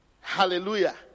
Hallelujah